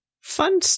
Fun